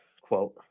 quote